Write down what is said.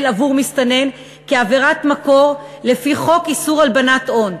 עבור מסתנן כעבירת מקור לפי חוק איסור הלבנת הון,